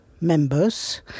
members